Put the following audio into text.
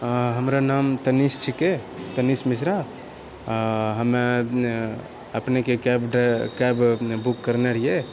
हमरऽ नाम तनिष्क छिकै तनिष्क मिश्रा हमे अपनेके कैब कैब अपनेके बुक करने रहिए